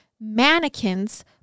mannequins